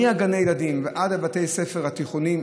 מגני הילדים ועד בתי הספר התיכוניים,